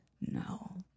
No